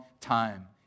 time